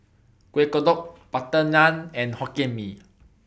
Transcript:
Kueh Kodok Butter Naan and Hokkien Mee